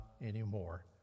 anymore